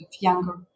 younger